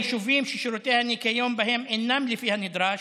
ביישובים ששירותי הניקיון בהם אינם לפי הנדרש,